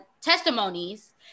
testimonies